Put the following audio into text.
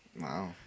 Wow